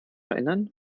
erinnern